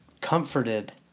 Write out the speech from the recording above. comforted